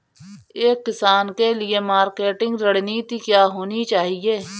एक किसान के लिए मार्केटिंग रणनीति क्या होनी चाहिए?